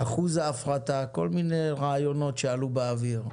אחוז ההפרטה, כל מיני רעיונות שעלו באוויר,